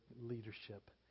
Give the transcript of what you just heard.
leadership